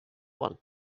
one